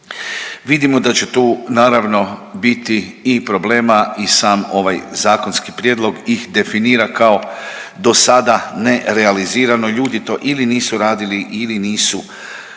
Vidimo da će tu naravno biti i problema i sam ovaj zakonski prijedlog ih definira kao do sada nerealizirano. Ljudi to ili nisu radili ili nisu unosili